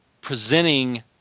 presenting